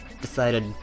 decided